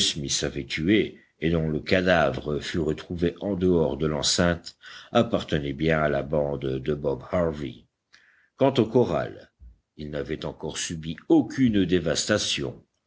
smith avait tué et dont le cadavre fut retrouvé en dehors de l'enceinte appartenait bien à la bande de bob harvey quant au corral il n'avait encore subi aucune dévastation